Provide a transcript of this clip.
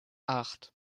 acht